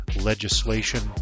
legislation